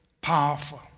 Powerful